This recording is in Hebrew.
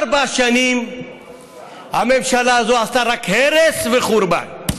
ארבע שנים הממשלה הזאת עשתה רק הרס וחורבן.